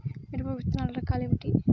మిరప విత్తనాల రకాలు ఏమిటి?